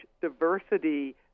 diversity